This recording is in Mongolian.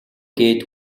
гээд